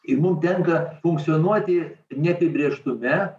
kai mum tenka funkcionuoti neapibrėžtume